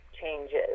changes